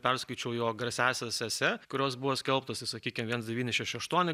perskaičiau jo garsiąsias esė kurios buvo skelbtos i sakykim viens devyni šeši aštuoni